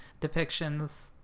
depictions